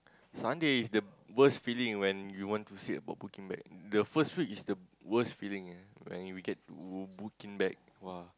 Sunday is the worst feeling when you want to said about booking back the first week is the worst feeling eh when you will get booking back !wah!